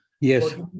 Yes